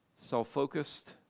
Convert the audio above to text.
self-focused